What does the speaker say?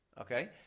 okay